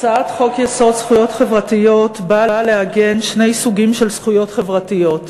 הצעת חוק-יסוד: זכויות חברתיות באה לעגן שני סוגים של זכויות חברתיות: